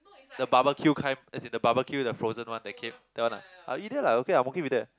the barbecue kind as in the barbecue the frozen one that came that one ah ah either lah I okay I'm okay with that